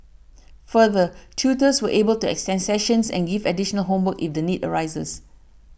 further tutors were able to extend sessions and give additional homework if the need arises